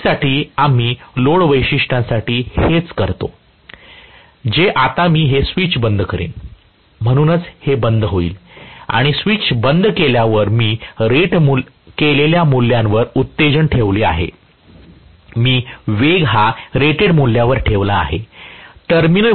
OCC साठी आम्ही load वैशिष्ट्यांसाठी हेच करतो जे आता मी हे स्विच बंद करीन म्हणूनच हे बंद होईल आणि स्विच बंद केल्यावर मी रेट केलेल्या मूल्यावर उत्तेजन ठेवले होते मी वेग हा रेट मूल्यावर ठेवला आहे